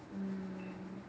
mm